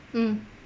mm